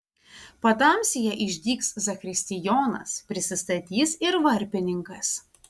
patamsyje išdygs zakristijonas prisistatys ir varpininkas